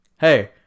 hey